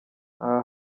aha